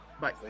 bye